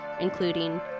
including